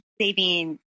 saving